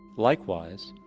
likewise,